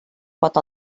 pot